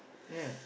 ya